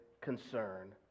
concern